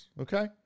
Okay